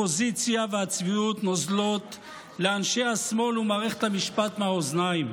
הפוזיציה והצביעות נוזלות לאנשי השמאל ומערכת המשפט מהאוזניים.